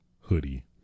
hoodie